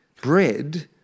bread